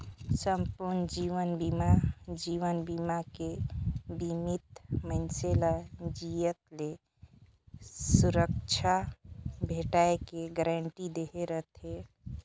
संपूर्न जीवन बीमा जीवन बीमा मे बीमित मइनसे ल जियत ले सुरक्छा भेंटाय के गारंटी दहे रथे